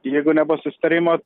jeigu nebus susitarimo